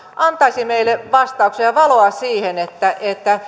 antaisi meille vastauksen ja valoa siihen että